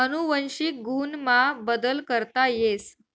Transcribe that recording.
अनुवंशिक गुण मा बदल करता येस